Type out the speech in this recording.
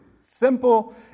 Simple